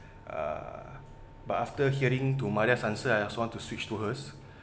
uh but after hearing to maria's answer I also want to switch to hers